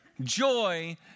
Joy